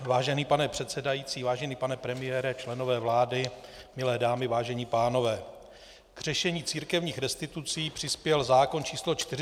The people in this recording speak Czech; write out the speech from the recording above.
Vážený pane předsedající, vážený pane premiére, členové vlády, milé dámy, vážení pánové, k řešení církevních restitucí přispěl zákon číslo 428/2012 Sb.